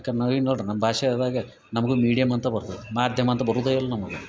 ಯಾಕನ್ ನಾವೀಗ ನೋಡ್ರ ನಮ್ಮ ಭಾಷೆದಾಗ ನಮ್ಗೊನ್ ಮೀಡಿಯಮ್ ಅಂತ ಬರ್ತದ ಮಾಧ್ಯಮ ಅಂತ ಬರುದೇ ಇಲ್ಲ ನಮಗೆ